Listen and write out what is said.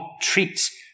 treats